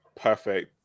Perfect